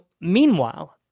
meanwhile